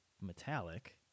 metallic